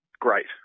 great